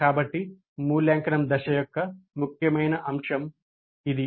కాబట్టి మూల్యాంకనం దశ యొక్క ముఖ్యమైన అంశం ఇది